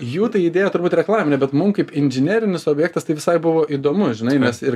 jų ta idėja turbūt reklaminė bet mum kaip inžinerinis objektas tai visai buvo įdomu žinai mes ir